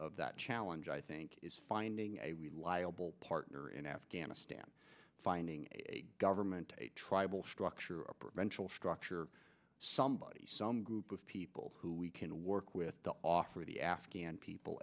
of that challenge i think is finding a reliable partner in afghanistan finding a government a tribal structure a parental structure somebody some group of people who we can work with to offer the afghan people